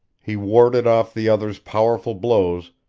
he warded off the other's powerful blows,